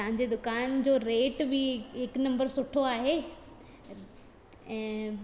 तव्हांजे दुकानु जो रेट बि हिक नंबर सुठो आहे ऐं